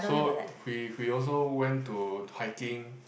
so we we also went to hiking